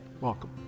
Welcome